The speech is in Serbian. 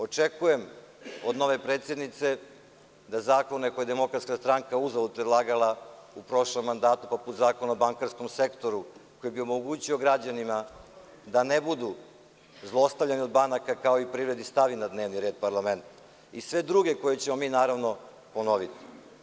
Očekujem od nove predsednice da zakone koje je Demokratska stranka uzalud predlagala u prošlom mandatu, poput zakona o bankarskom sektoru, koji bi omogućio građanima da ne budu zlostavljani od banaka, kao i privredi, stavi na dnevni red parlamenta i sve druge koje ćemo ponoviti.